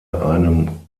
einem